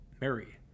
Mary